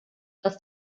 dass